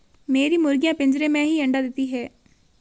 मेरी मुर्गियां पिंजरे में ही अंडा देती हैं